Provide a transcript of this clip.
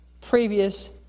previous